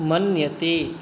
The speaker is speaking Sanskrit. मन्यते